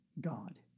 God